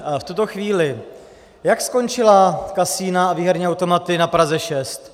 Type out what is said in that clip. V tuto chvíli: Jak skončila kasina a výherní automaty na Praze 6?